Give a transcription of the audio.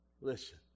Listen